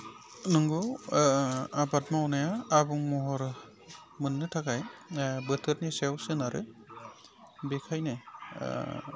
नंगौ आबाद मावनाया आबुं महर मोननो थाखाय बोथोरनि सायाव सोनारो बेखायनो